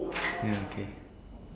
ya okay